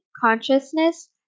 consciousness